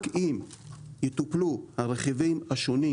רק אם יטופלו הרכיבים השונים,